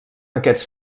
aquests